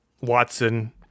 Watson